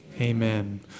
Amen